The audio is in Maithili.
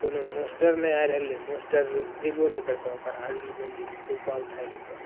कोनोमे मास्टर नहि आइ रहलै मास्टर अइबो नहि करतऽ ओकर हाजरी बनि जेतै रूपा उठाए लेतऽ